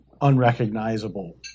unrecognizable